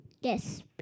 Yes